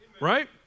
right